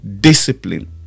discipline